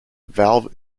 valve